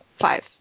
five